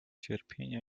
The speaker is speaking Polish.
cierpienia